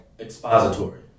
expository